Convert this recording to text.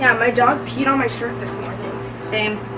um my dog peed on my shirt this morning same